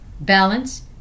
balance